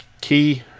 Key